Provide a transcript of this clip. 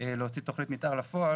להוציא תכנית מתאר לפועל,